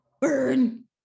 Burn